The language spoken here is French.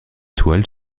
toiles